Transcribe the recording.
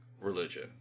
religion